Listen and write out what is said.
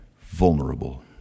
Vulnerable